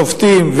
שופטים,